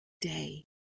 day